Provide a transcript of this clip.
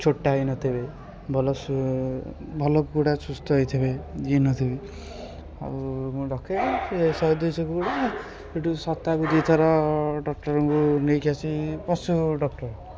ଛୋଟା ହେଇ ନଥିବେ ଭଲ ସୁ ଭଲ କୁକୁଡ଼ା ସୁସ୍ଥ ହେଇଥିବେ ଇଏ ନଥିବେ ଆଉ ମୁଁ ରଖେ ସେ ଶହେ ଦୁଇଶହ କୁକୁଡ଼ା ସେଇଠୁ ସପ୍ତାହକୁ ଦୁଇଥର ଡକ୍ଟର୍ଙ୍କୁ ନେଇକି ଆସି ପଶୁ ଡକ୍ଟର୍